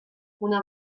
una